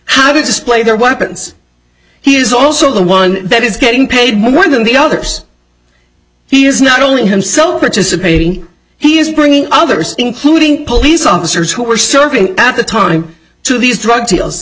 how to display their weapons he is also the one that is getting paid more than the others he is not only himself participating he is bringing others including police officers who are serving at the time to these drug deals